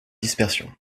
dispersion